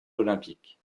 olympiques